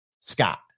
Scott